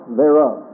thereof